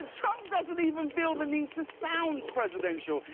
trump doesn't even feel the need to sound presidential.